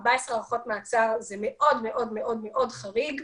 14 הארכות מעצר זה מאוד-מאוד-מאוד חריג.